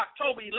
October